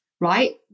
right